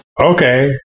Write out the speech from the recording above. Okay